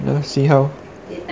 then you see how